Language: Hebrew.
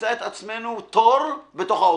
נמצא את עצמנו בתור בתוך האוטובוס.